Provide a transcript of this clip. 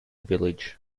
village